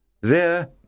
There